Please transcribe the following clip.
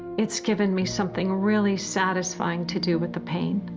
it's giving me something really satisfying to do with the pain.